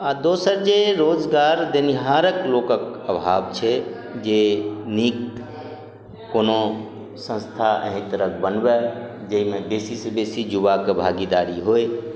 आओर दोसर जे रोजगार देनिहारक लोकक अभाव छै जे नीक कोनो संस्था एहि तरहक बनबय जैमे बेसी सँ बेसी युवाके भागीदारी होइ